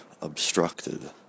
obstructed